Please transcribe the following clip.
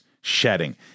shedding